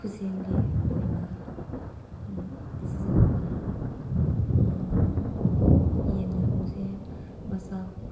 ꯈꯨꯠꯁꯦꯝꯒꯤ ꯑꯣꯏꯕ ꯁꯤꯖꯤꯟꯅꯕꯅ ꯌꯦꯟ ꯉꯥꯅꯨꯁꯦ ꯃꯆꯥ